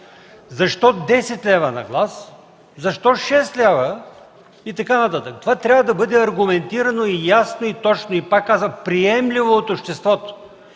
защо 10 лева на глас, защо 6 лева и така нататък. Това трябва да бъде аргументирано ясно и точно, и пак казвам – приемливо от обществото.